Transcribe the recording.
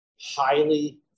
highly